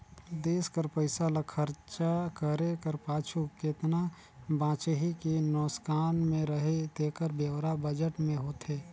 देस कर पइसा ल खरचा करे कर पाछू केतना बांचही कि नोसकान में रही तेकर ब्योरा बजट में होथे